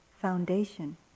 foundation